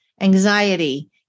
anxiety